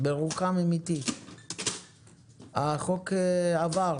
הצבעה אושר החוק עבר